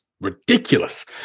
ridiculous